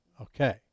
Okay